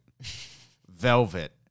velvet